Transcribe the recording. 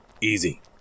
Easy